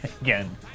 again